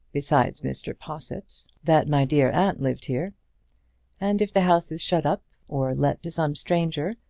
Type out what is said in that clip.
besides mr. possitt, that my dear aunt lived here and if the house is shut up, or let to some stranger,